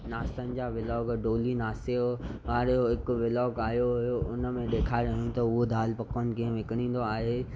नाश्तनि जा व्लोग डोली नाश्ते जो हाणे जो हिकु व्लोग आयो हुयो उनमें ॾेखारियो हुन त उह दालि पकवान कीअं विकिणीदो आहे